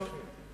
כספים.